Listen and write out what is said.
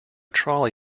trolley